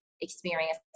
experience